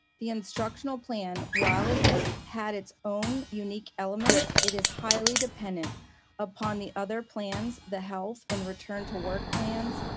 the instructional plan, while it has had its own unique elements, it is highly dependent upon the other plans, the health and return to work plans,